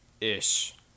ish